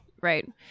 right